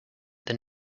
than